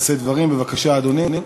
לשאת דברים, בבקשה, אדוני.